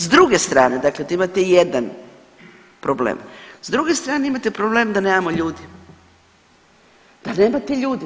S druge strane dakle tu imate jedan problem, s druge strane imate problem da nemamo ljudi, da nemate ljudi.